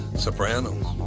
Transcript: Sopranos